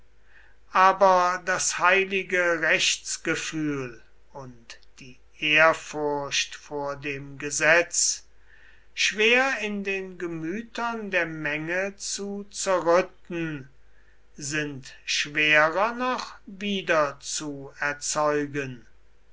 aber das heilige rechtsgefühl und die ehrfurcht vor dem gesetz schwer in den gemütern der menge zu zerrütten sind schwerer noch wiederzuerzeugen